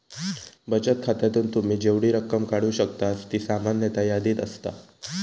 बचत खात्यातून तुम्ही जेवढी रक्कम काढू शकतास ती सामान्यतः यादीत असता